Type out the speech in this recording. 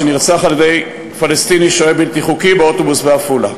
שנרצח על-ידי פלסטיני שוהה בלתי חוקי באוטובוס בעפולה.